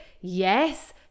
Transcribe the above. Yes